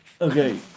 Okay